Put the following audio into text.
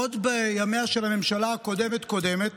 עוד בימיה של הממשלה הקודמת קודמת,